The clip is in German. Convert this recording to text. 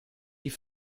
die